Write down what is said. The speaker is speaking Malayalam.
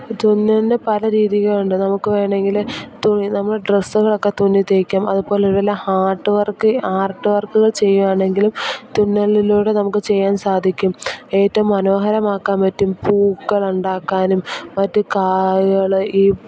തുന്നലിന് പല രീതികൾ ഉണ്ട് നമുക്ക് വേണമെങ്കിൽ തുണി നമ്മൾ ഡ്രസ്സുകളൊക്കെ തുന്നി തയ്ക്കും അതുപോലെ നല്ല ആർട്ട് വർക്ക് ആർട്ട് വർക്കുകൾ ചെയ്യുവാണെങ്കിലും തുന്നലിലൂടെ നമുക്ക് ചെയ്യാൻ സാധിക്കും ഏറ്റവും മനോഹരമാക്കാൻ പറ്റും പൂക്കൾ ഉണ്ടാക്കാനും മറ്റ് കായ്കൾ ഈ